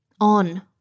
on